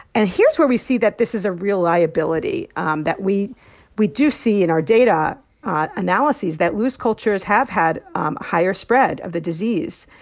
and here's where we see that this is a real liability um that we we do see in our data analyses that loose cultures have had um higher spread of the disease,